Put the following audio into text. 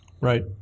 Right